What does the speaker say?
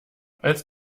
als